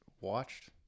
watched